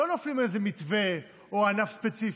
לא נופלים על איזה מתווה או ענף ספציפי,